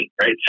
Right